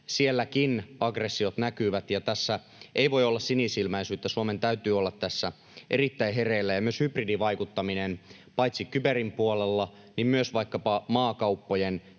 sielläkin aggressiot näkyvät, ja tässä ei voi olla sinisilmäisyyttä, Suomen täytyy olla tässä erittäin hereillä — ja myös hybridivaikuttaminen paitsi kyberin puolella myös vaikkapa maakauppojen